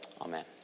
amen